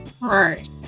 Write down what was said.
right